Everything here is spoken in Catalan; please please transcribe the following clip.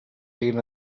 siguin